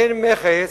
אין מכס: